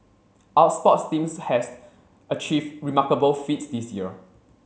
our sports teams has achieved remarkable feats this year